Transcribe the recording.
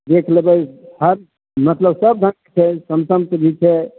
देख लेबै हर मतलब सब ढङ्गके छै सैमसंगके भी छै